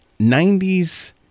90s